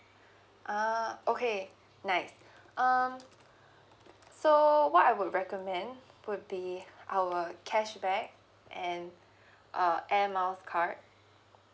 uh okay nice um so what I would recommend would be our cashback and uh air miles card